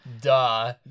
Duh